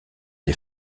les